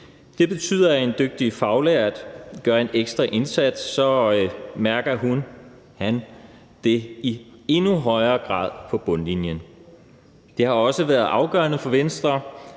Det betyder, at gør en dygtig faglært en ekstra indsats, mærker hun/han det i endnu højere grad på bundlinjen. Det har også været afgørende for Venstre,